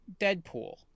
deadpool